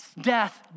Death